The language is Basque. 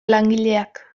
langileak